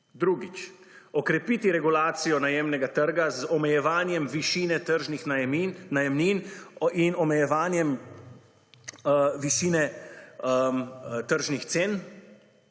drugič, okrepiti regulacijo najemnega trga z omejevanjem višine tržnih najemnin in omejevanjem višine tržnih cen.